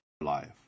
life